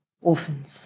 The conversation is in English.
orphans